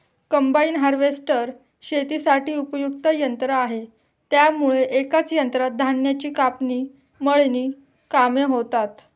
combine harvester शेतीसाठी उपयुक्त यंत्र आहे त्यामुळे एकाच यंत्रात धान्याची कापणी, मळणी कामे होतात